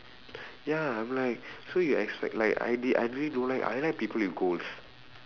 ya I'm like so you expect like I really don't like I like people with goals